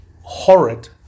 horrid